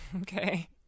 Okay